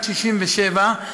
עד 67',